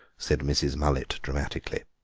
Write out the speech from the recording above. said mrs. mullet dramatically.